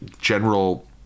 general